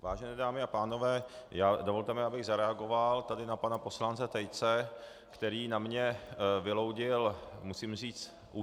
Vážené dámy a pánové, dovolte mi, abych zareagoval tady na pana poslance Tejce, který na mě vyloudil, musím říct, úsměv.